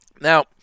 Now